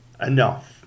enough